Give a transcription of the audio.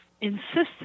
insisted